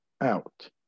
out